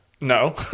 No